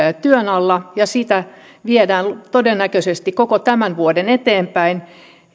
työn alla ja sitä viedään todennäköisesti koko tämän vuoden eteenpäin